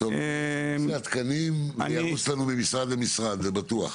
נושא התקנים עובר ממשרד למשרד, וזה בטוח.